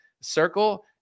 circle